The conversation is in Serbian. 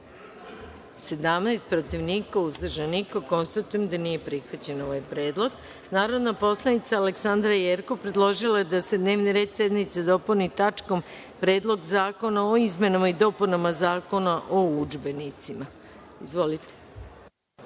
17, protiv – niko, uzdržanih – nema. Konstatujem da nije prihvaćen ovaj predlog. Narodna poslanica Aleksandra Jerkov predložila je da se dnevni red sednice dopuni tačkom – Predlog zakona o izmenama i dopunama Zakona o udžbenicima. Izvolite.